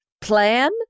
plan